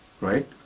right